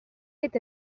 dit